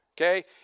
Okay